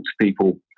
people